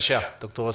בבקשה, ד"ר רסולי.